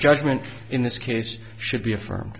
judgment in this case should be affirm